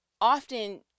often